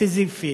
סיזיפית,